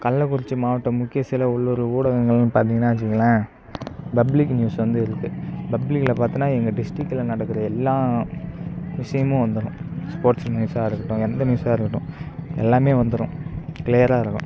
கள்ளக்குறிச்சி மாவட்டம் முக்கிய சில உள்ளுர் ஊடகங்கள்னு பார்த்திங்கனா வச்சிக்கங்களேன் பப்ளிக் நியூஸ் வந்து இருக்கு பப்ளிக்கில் பாத்தோனா எங்கள் டிஸ்ட்ரிக்கில் நடக்கிற எல்லா விஷயமும் வந்துடும் ஸ்போர்ட்ஸ் நியூஸாக இருக்கட்டும் எந்த நியூஸாக இருக்கட்டும் எல்லாம் வந்துடும் கிளீயராக இருக்கும்